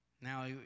Now